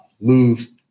lose